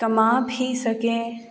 कमा भी सकें